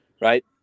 right